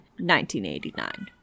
1989